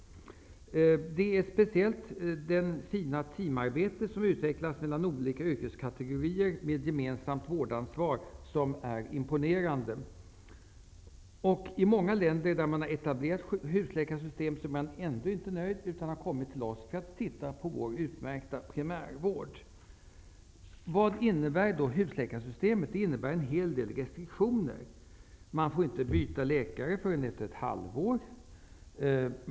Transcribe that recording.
Framför allt imponerar det fina teamarbetet mellan olika yrkeskategorier med ett gemensamt vårdansvar. I många länder där man har etablerat ett husläkarsystem är man alltså ändå inte nöjd, utan man kommer till oss för att titta på vår utmärkta primärvård. Vad innebär då husläkarsystemet? Jo, det innebär en hel del restriktioner. Man får inte byta läkare förrän efter ett halvår.